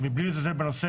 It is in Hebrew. מבלי לזלזל בנושא,